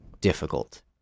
difficult